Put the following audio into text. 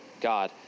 God